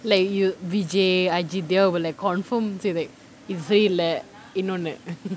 like yo~ vijay vijay they all will like confirm say like இன்னொன்னு:innanonnu